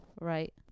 right